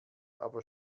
aber